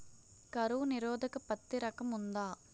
కరువు నిరోధక పత్తి రకం ఉందా?